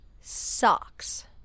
Socks